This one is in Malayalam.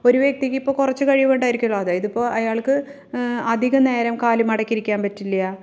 ഒരു വ്യക്തിക്കിപ്പോൾ കുറച്ച് കഴിവുണ്ടായിരിക്കുകയുള്ളു അതായതിപ്പോൾ അയാൾക്ക് അധികനേരം കാലു മടക്കി ഇരിക്കാൻ പറ്റില്ല